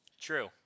True